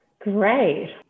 Great